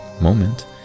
moment